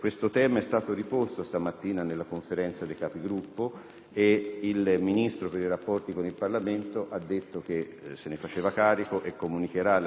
il Ministro per i rapporti con il Parlamento ha detto che se ne farà carico e comunicherà alla Presidenza del Senato quando si potrà svolgere